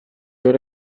door